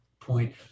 point